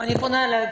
אני פונה אלייך,